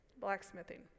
Blacksmithing